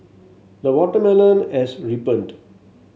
the watermelon has ripened